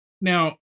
Now